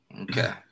Okay